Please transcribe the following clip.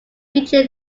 feature